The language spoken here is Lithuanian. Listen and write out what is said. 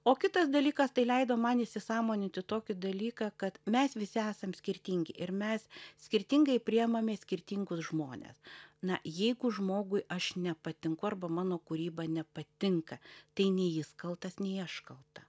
o kitas dalykas tai leido man įsisąmoninti tokį dalyką kad mes visi esam skirtingi ir mes skirtingai priimame skirtingus žmones na jeigu žmogui aš nepatinku arba mano kūryba nepatinka tai nei jis kaltas nei aš kalta